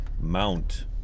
mount